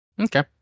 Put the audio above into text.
Okay